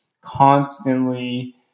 constantly